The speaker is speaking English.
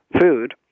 food